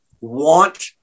want